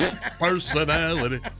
personality